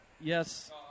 Yes